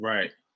Right